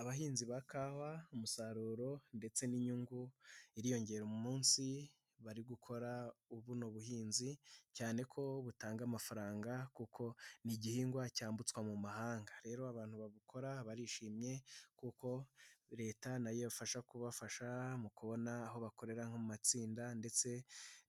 Abahinzi ba kawa umusaruro ndetse n'inyungu iriyongera umunsi bari gukora buno buhinzi, cyane ko butanga amafaranga kuko ni igihingwa cyambutswa mu mahanga. Rero abantu babukora barishimye kuko leta nayo ibafasha kubafasha mu kubona aho bakorera nko mu matsinda ndetse